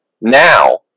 now